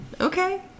Okay